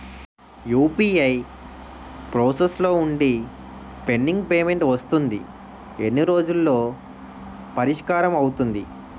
UPI process లో వుంది pending payment వస్తుంది ఎన్ని రోజుల్లో పరిష్కారం అవుతుంది